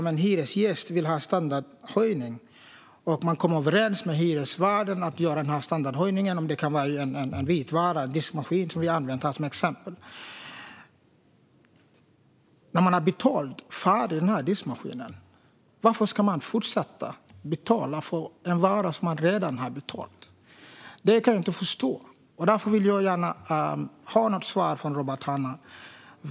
Om en hyresgäst vill ha en standardhöjning och kommer överens med hyresvärden om att göra den och sätta in en vitvara, till exempel en diskmaskin - varför ska man fortsätta att betala för diskmaskinen när man har betalat färdigt för den? Jag kan inte förstå det. Därför vill jag gärna ha ett svar från Robert Hannah.